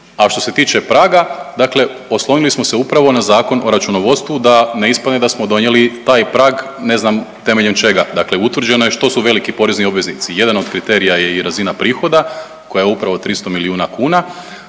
A što se tiče praga, dakle oslonili smo se upravo na Zakon o računovodstvu da ne ispadne da smo donijeli taj prag ne znam temeljem čega, dakle utvrđeno je što su veliki porezni obveznici, jedan od kriterija je i razina prihoda koja je upravo 300 milijuna kuna,